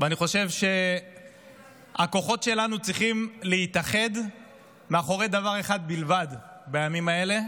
ואני חושב שהכוחות שלנו צריכים להתאחד מאחורי דבר אחד בלבד בימים האלה,